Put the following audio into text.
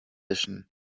edition